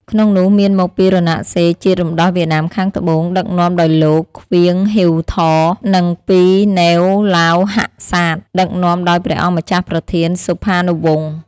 ក្នុងនោះមានមកពីរណសិរ្សជាតិរំដោះវៀតណាមខាងត្បូង ដឹក នាំដោយលោក ង្វៀង ហ៊ីវ ថ និងពី ណេវ ឡាវ ហាក់សាត ដឹកនាំដោយព្រះអង្គម្ចាស់ប្រធាន សុផានុវង្ស។